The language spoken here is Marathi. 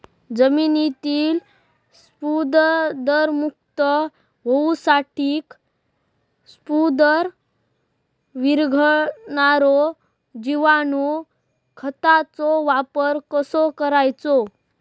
जमिनीतील स्फुदरमुक्त होऊसाठीक स्फुदर वीरघळनारो जिवाणू खताचो वापर कसो करायचो?